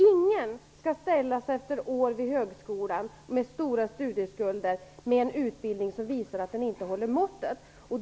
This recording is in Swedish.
Ingen skall efter flera år vid högskolan ställas med stora studieskulder och med en utbildning som visar sig inte hålla måttet.